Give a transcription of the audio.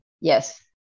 Yes